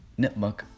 Nipmuc